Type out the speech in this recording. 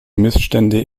missstände